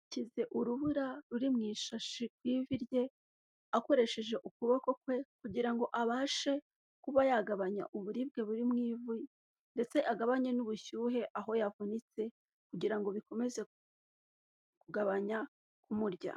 Yashyize urubura ruri mu ishashi ku ivi rye akoresheje ukuboko kwe kugira ngo abashe kuba yagabanya uburibwe buri mu ivi, ndetse agabanye n'ubushyuhe aho yavunitse kugira ngo bikomeze kugabanya kumurya.